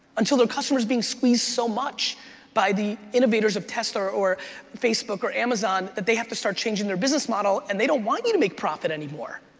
until their customer's being squeezed so much by the innovators of tesla or or facebook or amazon that they have to start changing their business model, and they don't want you to make profit anymore.